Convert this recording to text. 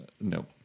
No